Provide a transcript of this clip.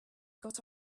got